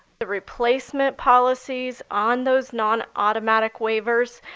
the replacement policies on those non automatic waivers,